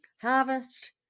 Harvest